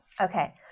Okay